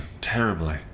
terribly